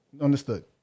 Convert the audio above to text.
understood